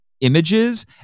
images